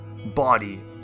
body